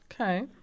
Okay